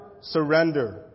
surrender